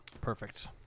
Perfect